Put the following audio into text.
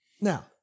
Now